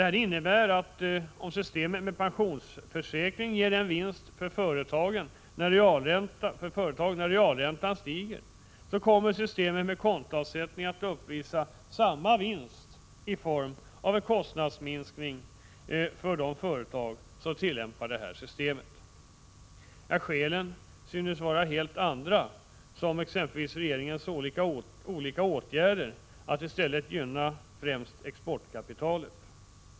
Detta innebär att om systemet med pensionsförsäkring ger en vinst för företaget, när realräntan stiger, kommer systemet med kontoavsättning att uppvisa samma vinst i form av en kostnadsminskning för de företag som tillämpar detta system. Skälen synes vara helt andra, t.ex. regeringens olika åtgärder för att i stället gynna främst exportkapitalet.